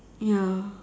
ya